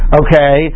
okay